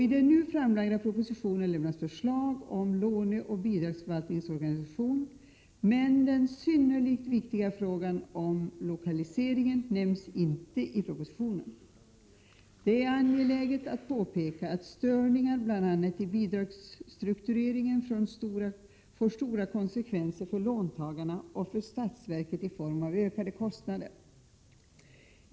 I den nu framlagda propositionen lämnas förslag om låneoch bidragsförvaltningens organisation. Men den synnerligt viktiga frågan om lokaliseringen nämns inte i propositionen. Det är angeläget att påpeka att störningar bl.a. i bidragsstruktureringen får stora konsekvenser för låntagarna och för statsverket i form av ökade kostnader.